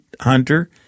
hunter